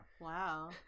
Wow